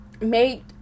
made